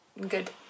good